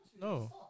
No